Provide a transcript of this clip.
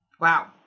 Wow